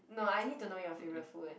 no I need to know your favorite food